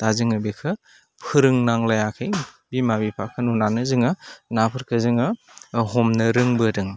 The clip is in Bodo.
दा जोङो बेखौ फोरोंनांलायाखै बिमा बिफाखौ नुनानैनो जोङो नाफोरखौ जोङो हमनो रोंबोदों